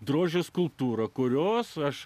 drožė skulptūrą kurios aš